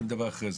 אני מדבר אחרי כן,